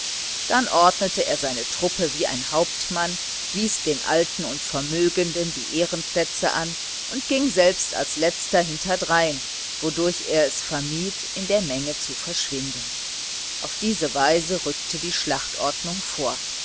dann ordnete er seine truppe wie ein hauptmann wies den alten und vermögenden die ehrenplätze an und ging selbst als letzter hinterdrein wodurch er es vermied in der menge zu verschwinden auf diese weise rückte die schlachtordnung vor